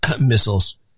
missiles